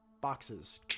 Boxes